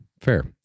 fair